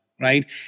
right